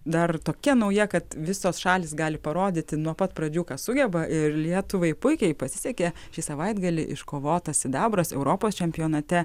dar tokia nauja kad visos šalys gali parodyti nuo pat pradžių ką sugeba ir lietuvai puikiai pasisekė šį savaitgalį iškovotas sidabras europos čempionate